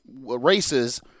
races